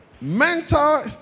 Mental